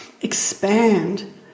expand